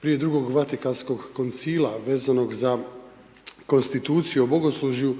prije II. Vatikanskog koncila vezanog za konstituciju o bogoslužju